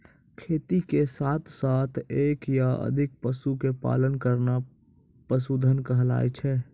खेती के साथॅ साथॅ एक या अधिक पशु के पालन करना पशुधन कहलाय छै